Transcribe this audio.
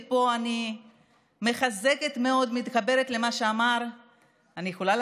ופה אני מחזקת מאוד ומתחברת למה שאמר ידידי